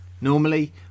Normally